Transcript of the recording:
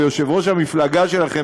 ויושב-ראש המפלגה שלכם,